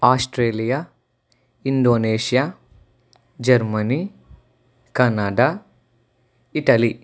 Australia Indonesia Germany Canada Italy